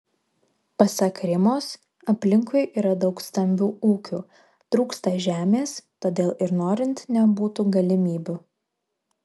pasak rimos aplinkui yra daug stambių ūkių trūksta žemės todėl ir norint nebūtų galimybių